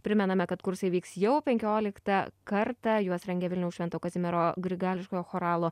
primename kad kursai vyks jau penkioliktą kartą juos rengia vilniaus švento kazimiero grigališkojo choralo